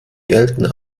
gelten